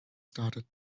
started